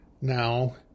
now